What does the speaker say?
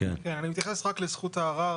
כנראה מתכננים את זה עתידית.